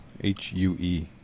H-U-E